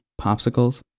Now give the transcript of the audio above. popsicles